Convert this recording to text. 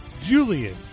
Julian